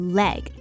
leg